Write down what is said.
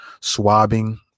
swabbing